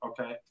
okay